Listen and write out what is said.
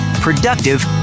productive